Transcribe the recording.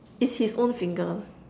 it's his own finger